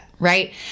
right